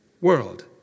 world